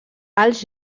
als